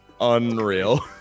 Unreal